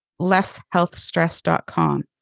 lesshealthstress.com